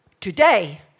today